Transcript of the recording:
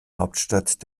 hauptstadt